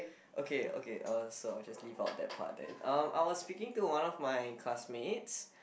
okay okay uh so I'll just leave out that part then um I was speaking to one of my classmates